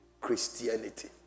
Christianity